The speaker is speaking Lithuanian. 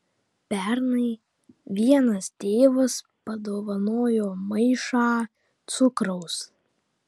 pernai vienas tėvas padovanojo maišą cukraus